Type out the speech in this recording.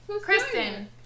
Kristen